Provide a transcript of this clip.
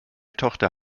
tochter